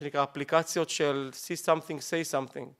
‫זה נקרא אפליקציות של see something say something.